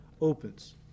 opens